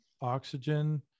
oxygen